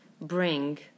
bring